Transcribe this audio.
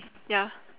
ya